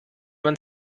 man